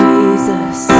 Jesus